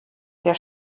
der